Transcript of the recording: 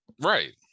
right